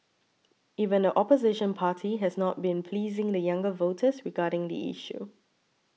even the opposition party has not been pleasing the younger voters regarding the issue